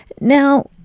Now